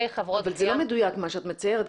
חברות גבייה --- זה לא מדויק מה שאת מציירת.